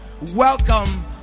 welcome